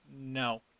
No